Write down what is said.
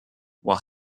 while